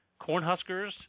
Cornhuskers